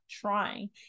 trying